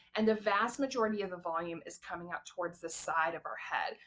and the vast majority of the volume is coming out towards the side of our head.